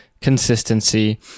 consistency